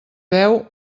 veu